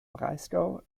breisgau